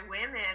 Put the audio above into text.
women